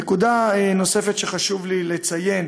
נקודה נוספת שחשוב לי לציין